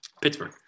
Pittsburgh